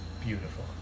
beautiful